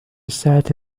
الساعة